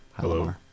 hello